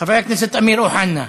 חבר הכנסת אמיר אוחנה,